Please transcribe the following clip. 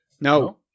no